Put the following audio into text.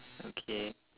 okay